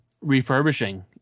refurbishing